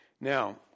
Now